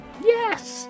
Yes